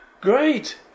Great